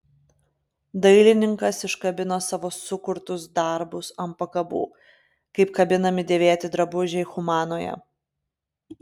dailininkas iškabina savo sukurtus darbus ant pakabų kaip kabinami dėvėti drabužiai humanoje